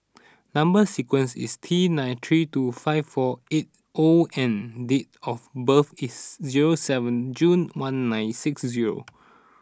number sequence is T nine three two five four eight O and date of birth is zero seven June one nine six zero